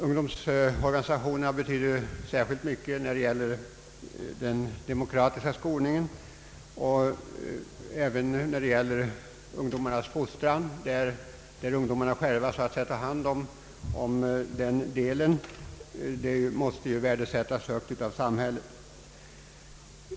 Ungdomsorganisationerna betyder särskilt mycket när det gäller den demokratiska skolningen och även när det gäller ungdomarnas fostran. Detta måste värdesättas högt av samhället.